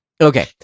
Okay